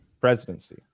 presidency